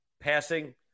passing